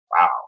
wow